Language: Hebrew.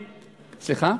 סליחה?